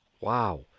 wow